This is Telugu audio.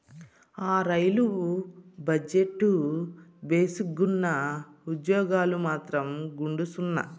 ఆ, రైలు బజెట్టు భేసుగ్గున్నా, ఉజ్జోగాలు మాత్రం గుండుసున్నా